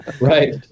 Right